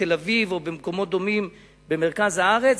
בתל-אביב ובמקומות דומים במרכז הארץ,